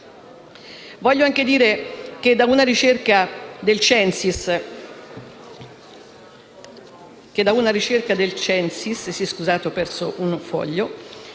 Vorrei anche dire che da una ricerca del Centro